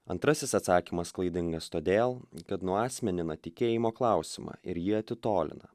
antrasis atsakymas klaidingas todėl kad nuasmenina tikėjimo klausimą ir jį atitolina